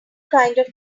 kind